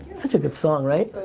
such a good song, right?